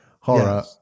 horror